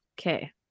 Okay